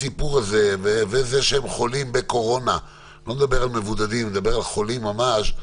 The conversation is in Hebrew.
אני לא מדבר על מבודדים, אני מדבר על חולים ממש.